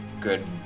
good